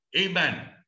Amen